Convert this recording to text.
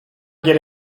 get